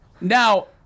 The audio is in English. now